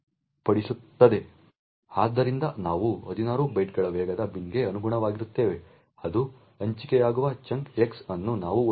ಆದ್ದರಿಂದ ನಾವು 16 ಬೈಟ್ಗಳ ವೇಗದ ಬಿನ್ಗೆ ಅನುಗುಣವಾಗಿರುತ್ತೇವೆ ಅದು ಹಂಚಿಕೆಯಾಗುವ ಚಂಕ್ x ಅನ್ನು ನಾವು ಹೊಂದಿದ್ದೇವೆ